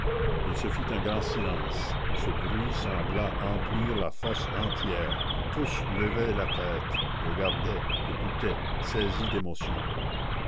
il se fit un grand silence ce bruit sembla emplir la fosse entière tous levaient la tête regardaient écoutaient saisis d'émotion